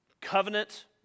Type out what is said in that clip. covenant